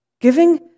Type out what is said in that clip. giving